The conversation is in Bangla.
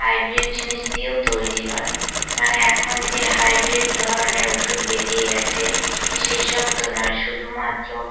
হাইব্রিড জিনিস দিয়েও তৈরি নয় মানে এখন যে হাইব্রিড ধরনের ওষুধ বেরিয়ে গেছে সেসব তো নয় শুধুমাত্র